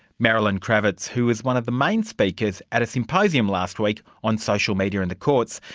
marilyn krawitz, who was one of the main speakers at a symposium last week on social media and the courts,